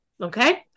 Okay